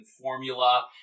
formula